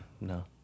no